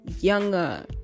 younger